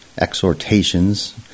exhortations